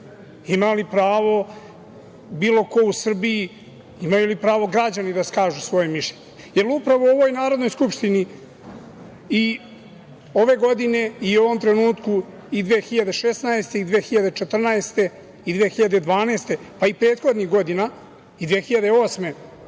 Ima li pravo bilo ko u Srbiji, imaju li pravo građani da kažu svoje mišljenje? Upravo u ovoj Narodnoj skupštini i ove godine i u ovom trenutku i 2016. i 2014. i 2012. godine, pa i prethodnih godina, i 2008.